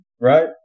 Right